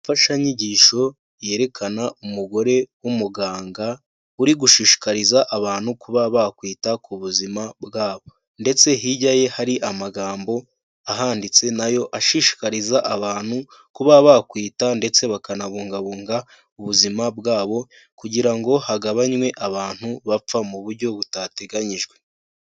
Imfashanyigisho yerekana umugore w'umuganga, uri gushishikariza abantu kuba bakwita ku buzima bwabo ndetse hirya ye hari amagambo ahanditse na yo ashishikariza abantu kuba bakwita ndetse bakanabungabunga ubuzima bwabo, kugira ngo hagabanwe abantu bapfa mu buryo butateganyijwe.